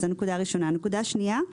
הנקודה השנייה.